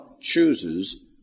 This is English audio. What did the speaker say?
chooses